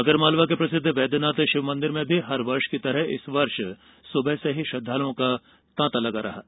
आगर मालवा के प्रसिद्ध वैद्यनाथ शिव मंदिर में हर वर्ष की तरह इस वर्ष भी सुबह से ही श्रद्वालुओं का तांता लगा हुआ है